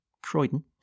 Croydon